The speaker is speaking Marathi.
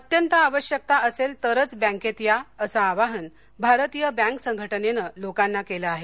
अत्यंत आवश्यकता असेल तरच बँकेत या असं आवाहन भारतीय बँक संघटनेनं लोकांना केलं आहे